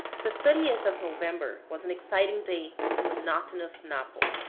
the thirtieth of november was an exciting day on the monotonous napo.